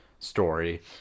story